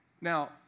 Now